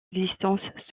existence